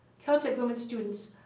caltech women students,